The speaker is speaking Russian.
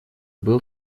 был